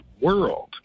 world